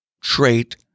trait